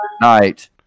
night